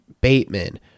Bateman